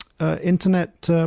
internet